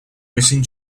missing